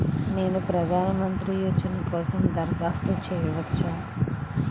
నేను ప్రధాన మంత్రి యోజన కోసం దరఖాస్తు చేయవచ్చా?